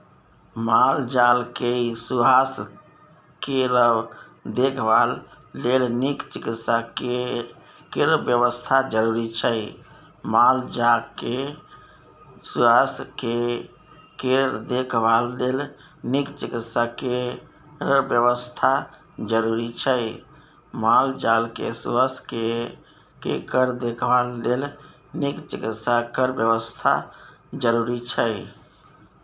माल जाल केँ सुआस्थ केर देखभाल लेल नीक चिकित्सा केर बेबस्था जरुरी छै